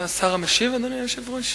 מי השר המשיב, אדוני היושב-ראש?